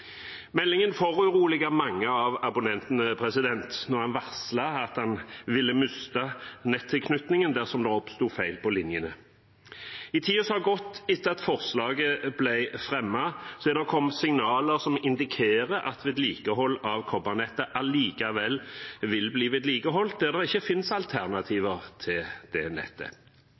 Meldingen foruroliget mange av abonnentene, da en varslet at en ville miste nettilknytningen dersom det oppsto feil på linjene. I tiden som har gått etter at forslaget ble fremmet, har det kommet signaler som indikerer at vedlikehold av kobbernettet allikevel vil bli opprettholdt der det ikke finnes alternativer til det nettet.